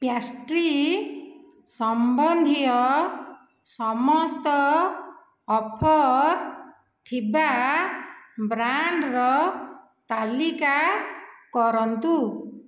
pastry ସମ୍ବନ୍ଧୀୟ ସମସ୍ତ offer ଥିବା ବ୍ରାଣ୍ଡ୍ର ତାଲିକା କରନ୍ତୁ